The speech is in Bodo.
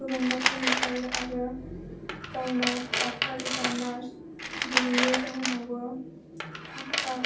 गोबां नायफैनाय जायो आरो जाहोनाव डक्ट'र एबा नार्स गैयैनि जाहोनावबो थाब थाब